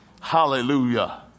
hallelujah